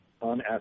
on